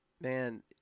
Man